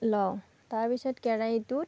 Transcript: লওঁ তাৰপিছত কেৰাহীটোত